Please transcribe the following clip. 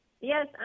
Yes